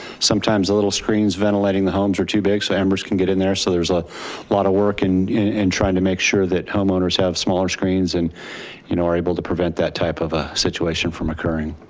sometimes the little screens ventilating the homes are too big, so the embers can get in there. so there's a lot of work in and trying to make sure that homeowners have smaller screens and you know, are able to prevent that type of ah situation from occurring.